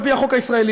על פי החוק הישראלי,